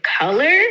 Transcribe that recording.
color